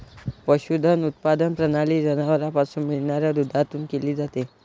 पशुधन उत्पादन प्रणाली जनावरांपासून मिळणाऱ्या दुधातून केली जाते